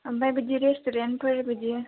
आमफ्राय बिदि रेस्टुरेन्टफोर बिदि